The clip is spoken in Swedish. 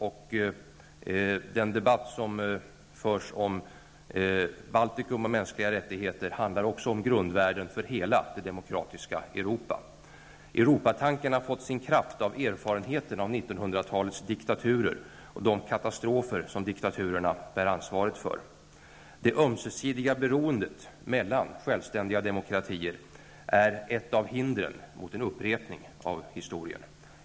Och den debatt som förs om Baltikum och mänskliga rättigheter handlar också om grundvärden för hela det demokratiska Europa. Europatanken har fått sin kraft av erfarenheterna av 1900-talets diktaturer och de katastrofer som diktaturerna bär ansvaret för. Det ömsesidiga beroendet mellan självständiga demokratier är ett av hindren mot en upprepning av historien.